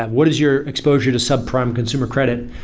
what is your exposure to subprime consumer credit?